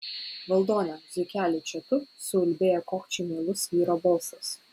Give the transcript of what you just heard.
valdone zuikeli čia tu suulbėjo kokčiai meilus vyro balsas